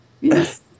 Yes